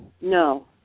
No